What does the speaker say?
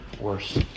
worse